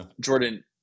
Jordan